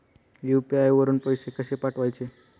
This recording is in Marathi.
यु.पी.आय वरून पैसे कसे पाठवायचे?